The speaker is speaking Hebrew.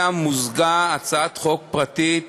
שמוזגה עמה הצעת חוק פרטית